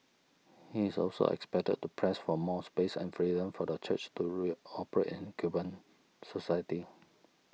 he is also expected to press for more space and freedom for the Church to re operate in Cuban society